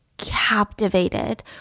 captivated